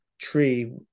tree